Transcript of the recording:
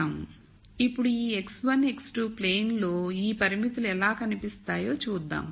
ఇప్పుడు ఈ x1 x2 plane లో ఈ పరిమితులు ఎలా కనిపిస్తాయో చూద్దాం